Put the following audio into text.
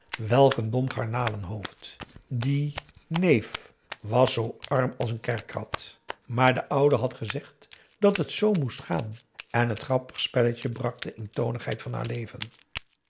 een dom garnalenhoofd die neef was zoo arm als een kerkrot maar de oude had gezegd dat het z moest gaan en het grappig spelletje brak de eentonigheid van haar leven